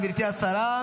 תודה רבה, גברתי השרה.